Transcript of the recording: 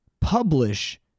publish